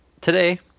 today